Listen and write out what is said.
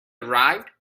arrived